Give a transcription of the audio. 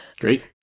Great